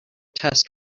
test